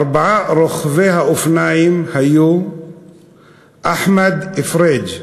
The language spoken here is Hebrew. ארבעה רוכבי האופניים היו אחמד פריג',